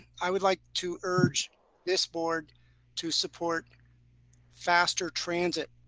i would like to urge this board to support faster transit.